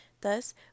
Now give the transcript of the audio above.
Thus